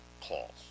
calls